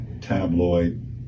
tabloid